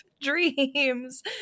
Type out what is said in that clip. dreams